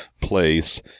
place